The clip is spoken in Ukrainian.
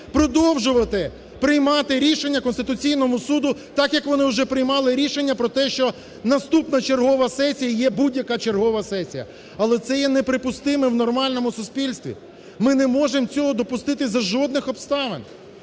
продовжувати приймати рішення Конституційному Суду, так як вони вже приймали рішення про те, що наступна чергова сесія є будь-яка чергова сесія. Але це є неприпустимим в нормальному суспільстві. Ми не можемо цього допустити за жодних обставин.